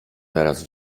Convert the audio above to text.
teraz